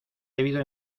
debido